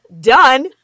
Done